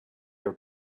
are